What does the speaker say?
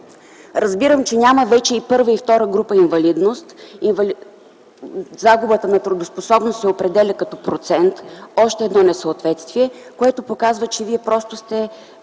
Разбирам, че няма вече и първа и втора група инвалидност, загубата на трудоспособност се определя като процент. Още едно несъответствие, което показва, че вие просто сте